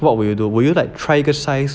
what would you do you would you like try 一个 size